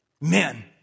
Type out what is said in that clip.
Men